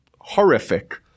horrific